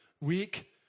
week